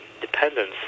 dependence